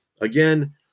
Again